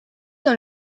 dans